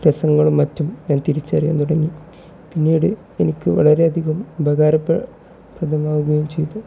മറ്റും ഞാൻ തിരിച്ചറിയാൻ തുടങ്ങി പിന്നീട് എനിക്ക് വളരെയധികം ഉപകാരപ്ര പ്രദമാകുകയും ചെയ്തു